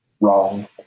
wrong